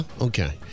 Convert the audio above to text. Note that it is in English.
Okay